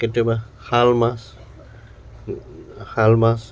কেতিয়াবা শাল মাছ শাল মাছ